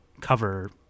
cover